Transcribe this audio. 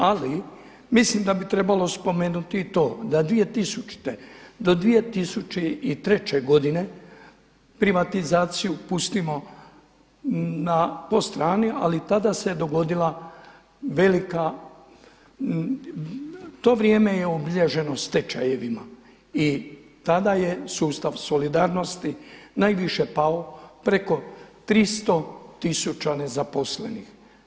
Ali mislim da bi trebalo spomenuti i to da 2000. do 2003. godine privatizaciju pustimo po strani, ali tada se dogodila velika, to vrijeme je obilježeno stečajevima i tada je sustav solidarnosti najviše pao preko 300 tisuća nezaposlenih.